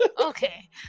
okay